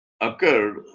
Occurred